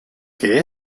qué